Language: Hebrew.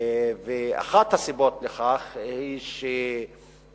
אחת הסיבות לכך היא שהנהג,